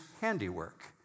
handiwork